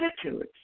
attitudes